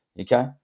okay